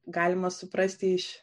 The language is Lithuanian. galima suprasti iš